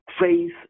faith